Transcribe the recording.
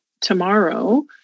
tomorrow